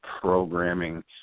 programming